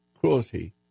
cruelty